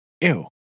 Ew